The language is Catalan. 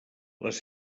les